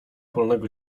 polnego